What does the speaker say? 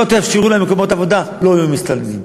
לא תאפשרו להם מקומות עבודה, לא יהיו מסתננים.